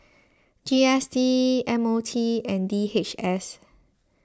G S T M O T and D H S